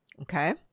okay